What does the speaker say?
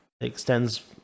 extends